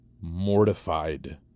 mortified